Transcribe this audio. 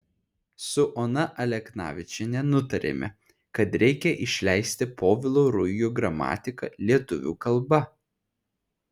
su ona aleknavičiene nutarėme kad reikia išleisti povilo ruigio gramatiką lietuvių kalba